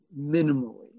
minimally